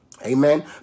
Amen